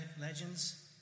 legends